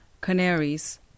Canaries